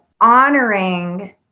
honoring